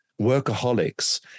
workaholics